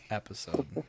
episode